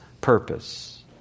purpose